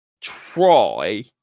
try